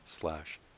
slash